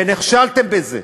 ונכשלתם בזה,